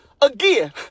again